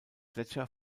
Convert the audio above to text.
gletscher